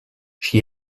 she